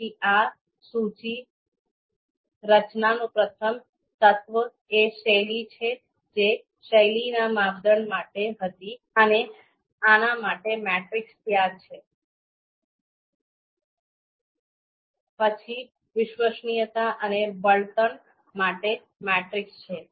તેથી આ સૂચિ રચનાનું પ્રથમ તત્વ એ શૈલી છે જે શૈલીના માપદંડ માટે હતી અને આના માટે મેટ્રિક્સ ત્યાં છે પછી વિશ્વસનીયતા અને બળતણ માટેના મેટ્રિક્સ છે